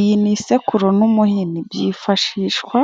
Iy ni i isekuru n'umuhini byifashishwa.